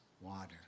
water